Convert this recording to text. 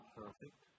perfect